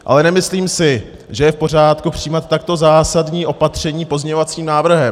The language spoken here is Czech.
Ale nemyslím si, že je v pořádku přijímat takto zásadní opatření pozměňovacím návrhem.